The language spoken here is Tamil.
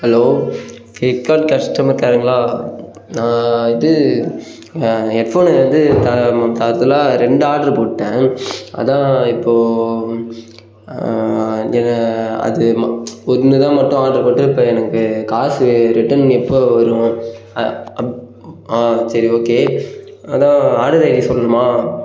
ஹலோ ஃப்ளிப்கார்ட் கஸ்டமர் கேருங்களா நான் இது ஹெட்ஃபோனு வந்து த த தவறுதலாக ரெண்டு ஆட்ரு போட்டுவிட்டேன் அதான் இப்போது அது அது ம ஒன்று தான் மட்டும் ஆட்ரு போட்டு இப்போ எனக்கு காசு ரிட்டன் எப்போது வரும் சரி ஓகே ஆனால் ஆடர் ஐடி சொல்லணுமா